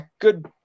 good